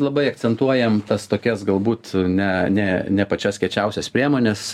labai akcentuojam tas tokias galbūt ne ne ne pačias kiečiausias priemones